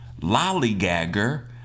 Lollygagger